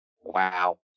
Wow